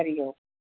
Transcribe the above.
Hari Om